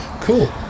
Cool